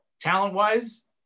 talent-wise